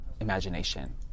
imagination